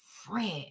friend